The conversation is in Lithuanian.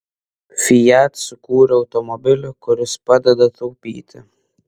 fiat sukūrė automobilį kuris padeda taupyti